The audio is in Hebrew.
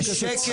זה שקר.